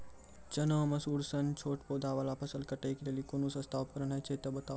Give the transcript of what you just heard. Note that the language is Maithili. चना, मसूर सन छोट पौधा वाला फसल कटाई के लेल कूनू सस्ता उपकरण हे छै तऽ बताऊ?